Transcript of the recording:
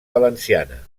valenciana